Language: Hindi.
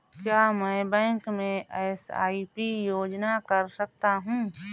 क्या मैं बैंक में एस.आई.पी योजना कर सकता हूँ?